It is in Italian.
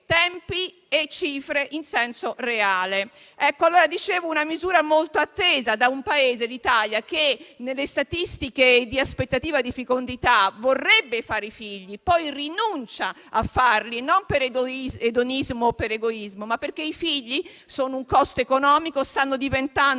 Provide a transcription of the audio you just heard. tempi e cifre in senso reale. Come dicevo, è una misura molto attesa da un Paese, l'Italia, che nelle statistiche di aspettativa di fecondità vorrebbe fare figli, ma poi rinuncia a farli, e non per edonismo o per egoismo, ma perché sono un costo economico, che direi